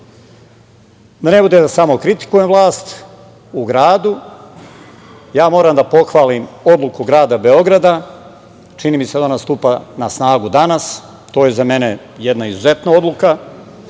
ne bude da samo kritikujem vlast u gradu, ja moram da pohvalim odluku grada Beograda, čini mi se da ona stupa na snagu danas, to je za mene jedna izuzetna odluka,